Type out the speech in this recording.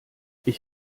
ich